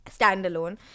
standalone